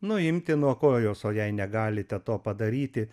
nuimti nuo kojos o jei negalite to padaryti